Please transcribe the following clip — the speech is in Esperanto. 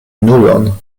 nulon